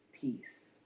Peace